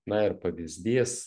na ir pavyzdys